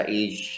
age